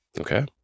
Okay